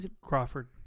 Crawford